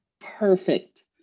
perfect